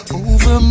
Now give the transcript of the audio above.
over